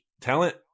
talent